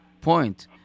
point